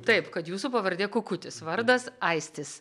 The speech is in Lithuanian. taip kad jūsų pavardė kukutis vardas aistis